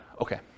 Okay